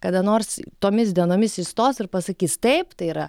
kada nors tomis dienomis įstos ir pasakys taip tai yra